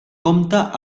compta